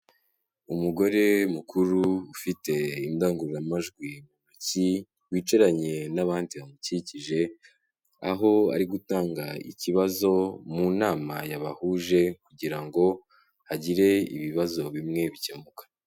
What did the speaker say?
Umugore mukuru ufite indangururamajwi mu ntoki wicaranye n'abandi bamukikije, aho ari gutanga ikibazo mu nama yabahuje kugira ngo agire ibibazo bimwe bikemuka.